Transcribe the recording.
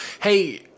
Hey